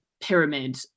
pyramid